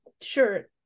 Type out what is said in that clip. sure